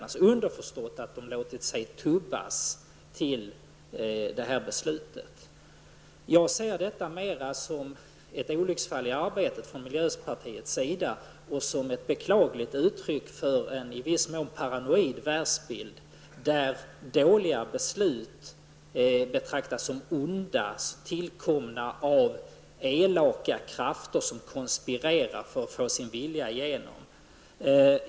Det är underförstått att de låtit sig tubbats till detta beslut. Jag ser denna reservation mer som ett olycksfall i arbetet från miljöpartiets sida och som ett beklagligt uttryck för en i viss mån paranoid världsbild där dåliga beslut betraktas som onda, tillkomna av elaka krafter som konspirerar för att få sin vilja igenom.